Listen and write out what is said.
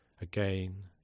again